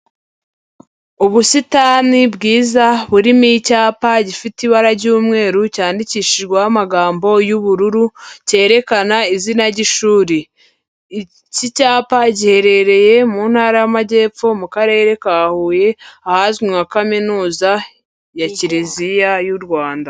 Ubusitani bwiza burimo icyapa gifite ibara ry'umweru, cyandikishijweho amagambo y'ubururu, cyerekana izina ry'ishuri. Iki cyapa giherereye mu ntara y'amajyepfo, mu karere ka Huye, ahazwi nka Kaminuza ya Kiliziya y'u Rwanda.